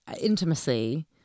intimacy